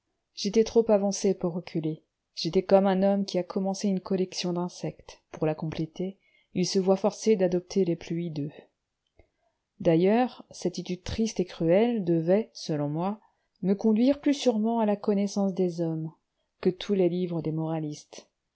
j'étais trop avancé pour reculer j'étais comme un homme qui a commencé une collection d'insectes pour la compléter il se voit forcé d'adopter les plus hideux d'ailleurs cette étude triste et cruelle devait selon moi me conduire plus sûrement a la connaissance des hommes que tous les livres des moralistes